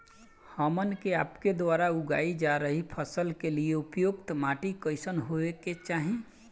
हमन के आपके द्वारा उगाई जा रही फसल के लिए उपयुक्त माटी कईसन होय के चाहीं?